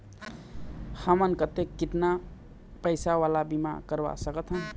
हमन कतेक कितना पैसा वाला बीमा करवा सकथन?